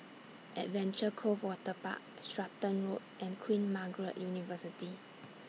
Adventure Cove Waterpark Stratton Road and Queen Margaret University